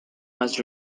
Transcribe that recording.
was